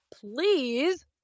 please